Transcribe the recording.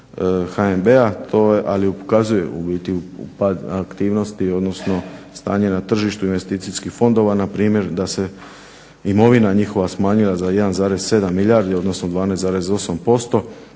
HNB, a ukazuje ubiti u pad aktivnosti, odnosno stanje na tržištu investicijskih fondova npr. da se imovina njihova smanjila za 1,7 milijardi, odnosno 12,8%,